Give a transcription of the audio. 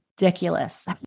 ridiculous